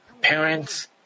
parents